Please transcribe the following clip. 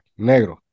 Negro